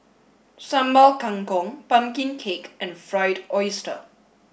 sambal kangkong pumpkin cake and fried oyster